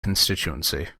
constituency